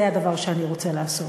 זה הדבר שאני רוצה לעשות,